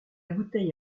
bouteille